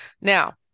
Now